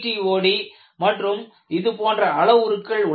GKJCTOD மற்றும் இதுபோன்ற அளவுருக்கள் உள்ளன